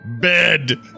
bed